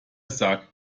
sagt